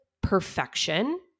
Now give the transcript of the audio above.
perfection